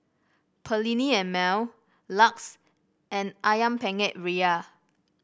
Perllini and Mel Lux and ayam Penyet Ria